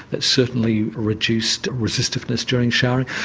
that certainly reduced resistiveness during showering.